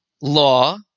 law